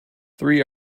three